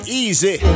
easy